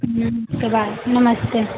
कबाय नमस्ते